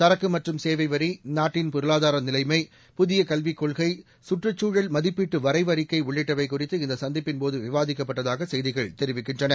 சரக்கு மற்றும் சேவை வரி நாட்டின் பொருளாதார நிலைமை புதிய கல்விக் கொள்கை சுற்றுச்சூழல் மதிப்பீட்டு வரைவு அறிக்கை உள்ளிட்டவை குறித்து இந்த சந்திப்பின்போது விவாதிக்கப்பட்டதாக செய்திகள் தெரிவிக்கின்றன